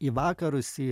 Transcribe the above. į vakarus į